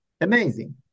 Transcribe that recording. amazing